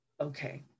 Okay